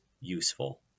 useful